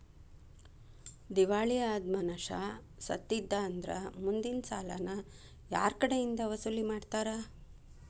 ದಿವಾಳಿ ಅದ್ ಮನಷಾ ಸತ್ತಿದ್ದಾ ಅಂದ್ರ ಮುಂದಿನ್ ಸಾಲಾನ ಯಾರ್ಕಡೆಇಂದಾ ವಸೂಲಿಮಾಡ್ತಾರ?